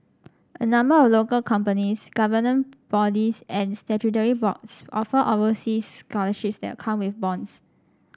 a number of local companies government bodies and statutory boards offer overseas scholarships that come with bonds